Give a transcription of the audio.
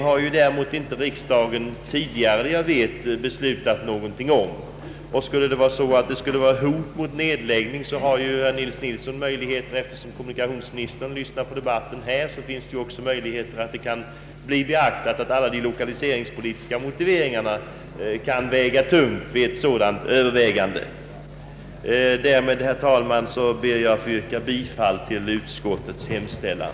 Om det skulle föreligga hot om nedläggning av denna linje har ju herr Nils Nilsson möjlighet — eftersom kommunikationsministern nu lyssnar på debatten — att få de enligt hans mening tungt vägande lokaliseringspolitiska synpunkterna beaktade. Därmed, herr talman, ber jag att få yrka bifall till utskottets hemställan.